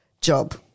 job